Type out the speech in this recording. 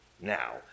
now